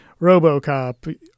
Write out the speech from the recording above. RoboCop